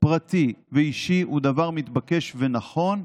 פרטי ואישי הוא דבר מתבקש ונכון,